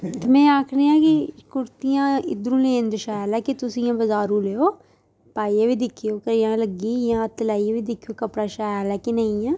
ते में आक्खनी कि कुर्तियां इद्धरूं लेंदे शैल ऐ कि तुस इ'यां बजारूं लैओ पाइयै बी दिक्खी कनेहियां लग्गियां हत्थ लाइयै बी दिक्खेओ कपड़ा शैल ऐ कि नेईं ऐ